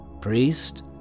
Priest